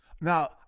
Now